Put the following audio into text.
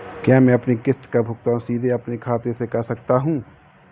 क्या मैं अपनी किश्त का भुगतान सीधे अपने खाते से कर सकता हूँ?